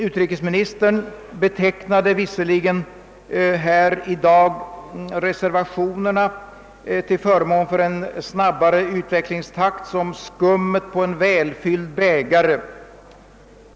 Utrikesministern betecknade visserligen här i dag reservationerna till förmån för en snabbare utvecklingstakt som skummet på en välfylld bägare.